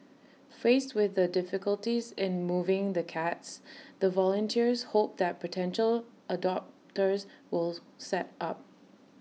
faced with the difficulties in moving the cats the volunteers hope that potential adopters will step up